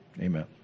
Amen